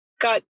got